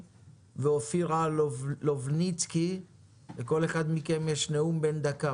לא ברור לי איך מתייחס התהליך לרישיון